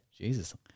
Jesus